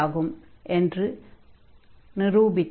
காண்க காணொலியின் 18 நிமிடம் 47வது நொடியில் காணப்படும் விவரம்